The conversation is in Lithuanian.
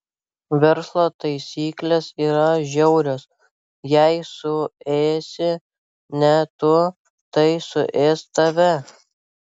verslo taisyklės yra žiaurios jei suėsi ne tu tai suės tave